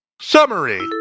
Summary